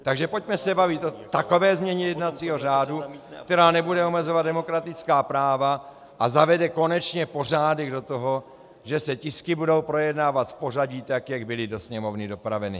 Takže pojďme se bavit o takové změně jednacího řádu, která nebude omezovat demokratická práva a zavede konečně pořádek do toho, že se tisky budou projednávat v pořadí tak, jak byly do Sněmovny dopraveny.